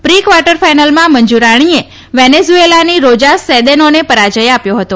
pre quarter ફાઇનલમાં મંજુરાણીએ વેનેઝ્રએલાની રોજાસ સેદેનોને પરાજ્ય આપ્યો હતો